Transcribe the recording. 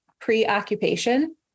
pre-occupation